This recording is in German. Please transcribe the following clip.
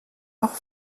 auch